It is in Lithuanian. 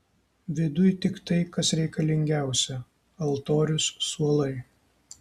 viduj tik tai kas reikalingiausia altorius suolai